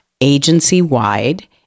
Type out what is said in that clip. agency-wide